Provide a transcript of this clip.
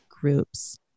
groups